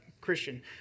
Christian